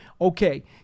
okay